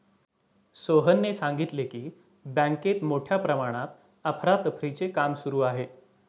सोहनने सांगितले की, बँकेत मोठ्या प्रमाणात अफरातफरीचे काम सुरू आहे